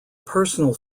personal